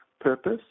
purpose